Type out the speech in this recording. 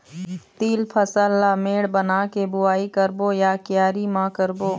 तील फसल ला मेड़ बना के बुआई करबो या क्यारी म करबो?